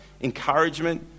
encouragement